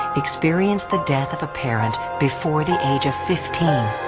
experience the death of a parent before the age of fifteen.